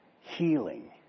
Healing